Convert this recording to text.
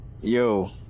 Yo